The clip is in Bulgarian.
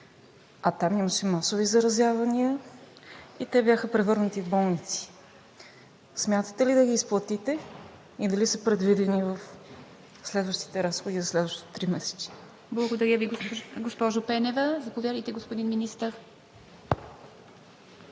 А там имаше масови заразявания и те бяха превърнати в болници. Смятате ли да ги изплатите и дали са предвидени в следващите разходи за следващото тримесечие? ПРЕДСЕДАТЕЛ ИВА МИТЕВА: Благодаря Ви, госпожо Пенева. Заповядайте, господин Министър.